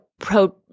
pro